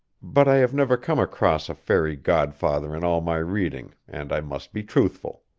but i have never come across a fairy-godfather in all my reading, and i must be truthful.